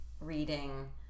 reading